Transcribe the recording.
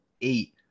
eight